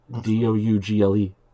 d-o-u-g-l-e